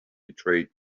betrayed